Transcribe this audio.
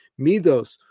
midos